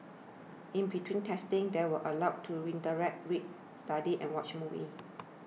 in between testing they were allowed to interact read study and watch movies